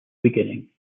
beginning